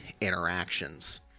interactions